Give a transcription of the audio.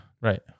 Right